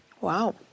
Wow